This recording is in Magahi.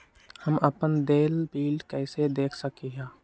हम अपन देल बिल कैसे देख सकली ह?